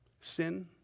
Sin